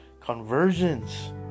conversions